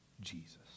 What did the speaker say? Jesus